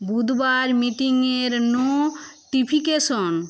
বুধবার মিটিংয়ের নোটিফিকেশন